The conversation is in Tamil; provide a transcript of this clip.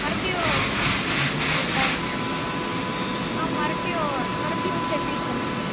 மறுபடியும் ரெண்டாயிரத்து ஆ மறுபடியும் மறுபடியும் சென்னைக்கு வரணும்